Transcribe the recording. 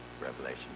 Revelation